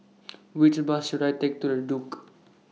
Which Bus should I Take to The Duke